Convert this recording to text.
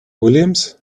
williams